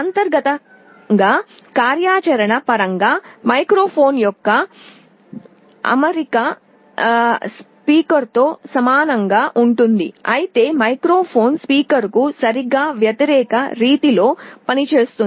అంతర్గతంగా కార్యాచరణ పరంగా మైక్రోఫోన్ యొక్క అమరిక స్పీకర్తో సమానంగా ఉంటుంది అయితే మైక్రోఫోన్ స్పీకర్కు సరిగ్గా వ్యతిరేక రీతిలో పనిచేస్తుంది